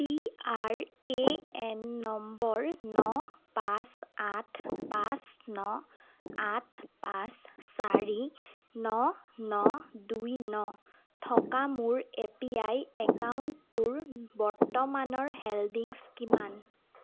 P R A N number ন পাঁচ আঠ পাঁচ ন আঠ পাঁচ চাৰি ন ন দুই ন থকা মোৰ এ পি ৱাই একাউণ্টটোৰ বৰ্তমানৰ হোল্ডিংছ কিমান